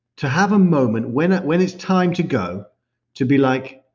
to have a moment when when it's time to go to be like,